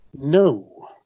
No